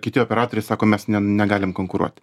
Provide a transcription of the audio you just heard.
kiti operatoriai sako mes ne negalim konkuruoti